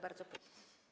Bardzo proszę.